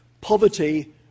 poverty